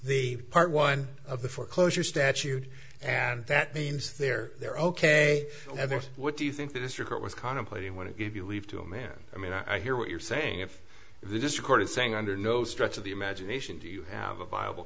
the part one of the foreclosure statute and that means they're there ok what do you think the district was contemplating when it give you leave to a man i mean i hear what you're saying if they just recorded saying under no stretch of the imagination do you have a viable